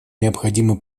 необходимо